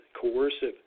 coercive